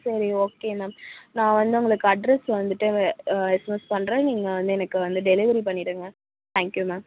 சரி okay ma'am நான் வந்து உங்களுக்கு அட்ரெஸ் வந்துட்டு எஸ்எம்எஸ் பண்ணுறேன் நீங்கள் வந்து எனக்கு வந்து டெலிவரி பண்ணிவிடுங்க தேங்க் யூ மேம்